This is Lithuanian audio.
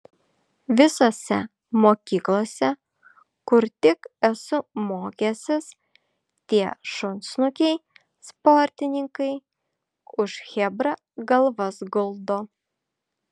visose mokyklose kur tik esu mokęsis tie šunsnukiai sportininkai už chebrą galvas guldo